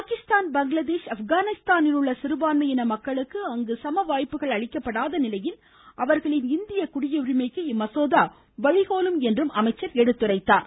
பாகிஸ்தான் பங்களாதேஷ் ஆப்கானிஸ்தானிலுள்ள சிறுபான்மையின மக்களுக்கு அங்கு சமவாய்ப்புகள் அளிக்கப்படாத நிலையில் அவர்களின் இந்திய குடியுரிமைக்கு இம்மசோதா வழிகோலும் என்றார்